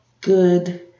good